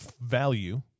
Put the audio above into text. value